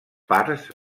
parts